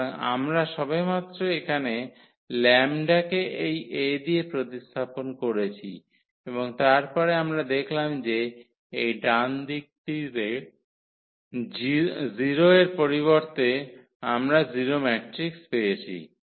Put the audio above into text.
সুতরাং আমরা সবেমাত্র এখানে λ কে এই A দিয়ে প্রতিস্থাপন করেছি এবং তারপরে আমরা দেখলাম যে এই ডান দিকটিতে 0 এর পরিবর্তে আমরা 0 ম্যাট্রিক্স পেয়েছি